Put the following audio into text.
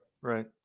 Right